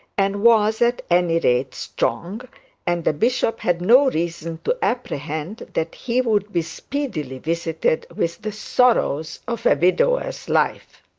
and was, at any rate, strong and the bishop had no reason to apprehend that he would be speedily visited with the sorrows of a widower's life.